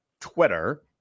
Twitter